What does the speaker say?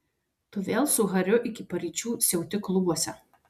tu vėl su hariu iki paryčių siauti klubuose